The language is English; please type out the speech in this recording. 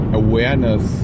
awareness